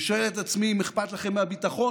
אני שואל את עצמי אם אכפת לכם מהביטחון,